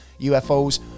UFOs